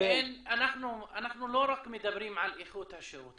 אנחנו לא רק מדברים על איכות השירות,